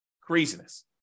Craziness